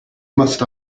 must